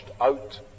out